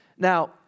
Now